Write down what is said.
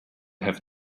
have